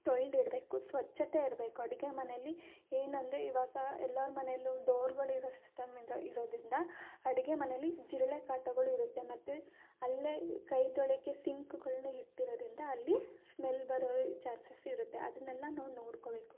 ತೋಳೆದಿಡ್ಬೇಕು ಸ್ವಚ್ಛತೆ ಇರಬೇಕು ಅಡುಗೆ ಮನೆಯಲ್ಲಿ ಏನೆಂದ್ರೆ ಇವಾಗ ಎಲ್ಲರ ಮನೆಯಲ್ಲೂ ಡೋರ್ಗಳು ಇರೋ ಸಿಸ್ಟಮ್ ಇರೋದರಿಂದ ಅಡುಗೆ ಮನೆಯಲ್ಲಿ ಜಿರಳೆ ಕಾಟಗಳು ಇರುತ್ತೆ ಮತ್ತೆ ಅಲ್ಲೇ ಕೈ ತೊಳೆಯೋಕೆ ಸಿಂಕ್ಗಳನ್ನ ಇಟ್ಟಿರೋದರಿಂದ ಅಲ್ಲಿ ಸ್ಮೆಲ್ ಬರೋ ಚಾನ್ಸಸ್ ಇರುತ್ತೆ ಅದನ್ನೆಲ್ನೂ ನೋಡ್ಕೊಳ್ಬೇಕು